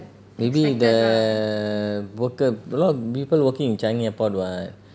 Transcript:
maybe the worker a lot of people working in changi airport [what]